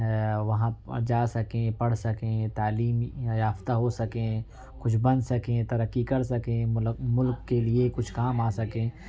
وہاں جا سکیں پڑھ سکیں تعلیم یافتہ ہو سکیں کچھ بن سکیں ترقی کر سکیں ملک کے لیے کچھ کام آ سکیں